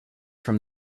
from